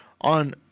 on